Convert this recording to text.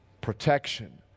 protection